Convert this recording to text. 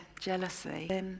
jealousy